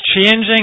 changing